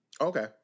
Okay